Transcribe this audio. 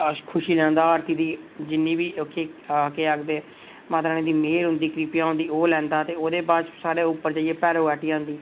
हस्सी खुशी जंदा आरती दी जिन्नी बी ओह् केह् आखदे माता रानी दी मेहर हुंदी कृपा होंदीं ते ओह् लैंदा ते ओह्दे बाद च स्हाड़े उप्पर जाइयै भैरो घाटी आंदी